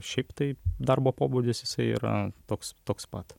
šiaip tai darbo pobūdis jisai yra toks toks pat